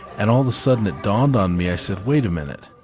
and all of a sudden it dawned on me i said wait a minute,